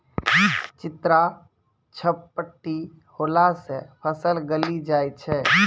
चित्रा झपटी होला से फसल गली जाय छै?